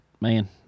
man